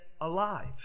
alive